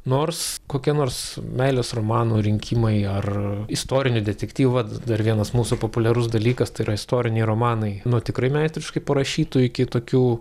nors kokie nors meilės romanų rinkimai ar istorinių detektyvų vat dar vienas mūsų populiarus dalykas tai yra istoriniai romanai nuo tikrai meistriškai parašytu iki tokių